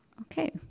Okay